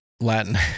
Latin